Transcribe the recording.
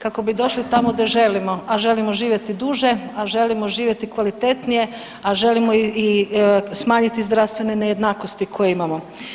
Kako bi došli tamo gdje želimo, a želimo živjeti duže, a želimo živjeti kvalitetnije, a želimo i smanjiti zdravstvene nejednakosti koje imamo.